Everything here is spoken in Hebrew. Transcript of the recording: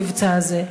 המבצע הזה,